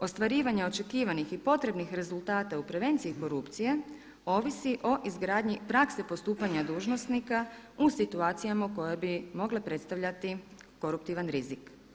Ostvarivanja očekivanih i potrebnih rezultata u prevenciji korupcije ovisi o izgradnji prakse postupanja dužnosnika u situacijama koje bi mogle predstavljati koruptivan rizik.